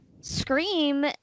Scream